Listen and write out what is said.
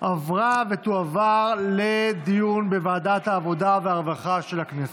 עברה ותועבר לדיון בוועדת העבודה והרווחה של הכנסת.